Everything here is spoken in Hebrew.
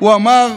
הוא אמר: